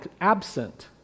absent